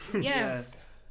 yes